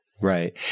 Right